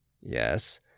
Yes